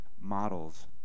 models